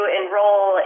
enroll